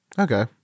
okay